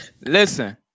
Listen